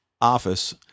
office